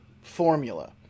formula